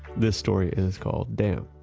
this story is called dam!